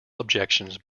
objections